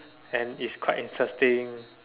and it's quite interesting